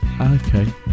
Okay